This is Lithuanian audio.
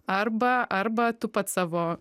arba arba tu pats savo